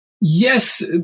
Yes